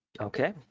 Okay